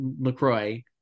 LaCroix